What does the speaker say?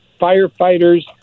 firefighters